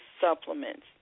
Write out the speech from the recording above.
supplements